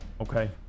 Okay